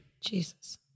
Jesus